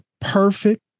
perfect